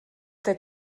der